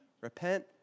repent